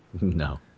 No